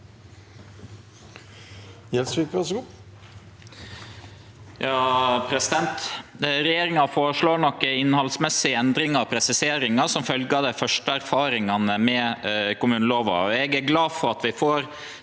Regjeringa føreslår nokre innhaldsmessige endringar og presiseringar som følgje av dei første erfaringane med kommunelova. Eg er glad for at vi får